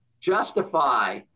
justify